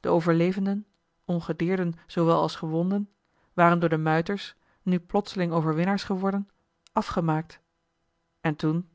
de overlevenden ongedeerden zoowel als gewonden waren door de muiters nu plotseling overwinnaars geworden afgemaakt en toen